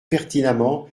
pertinemment